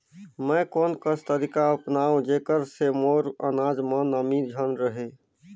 मैं कोन कस तरीका अपनाओं जेकर से मोर अनाज म नमी झन रहे?